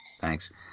Thanks